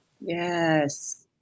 yes